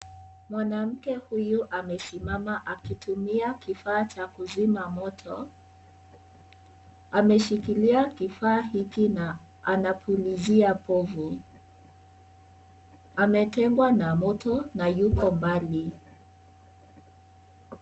Mwanamke huyu amesimama akitumia kifaa cha kuzima moto. Ameshikilia kifaa hiki na anapulizia povu. Ametengwa na moto na yuko mbali.